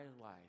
life